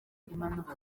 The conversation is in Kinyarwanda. impanuka